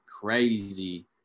crazy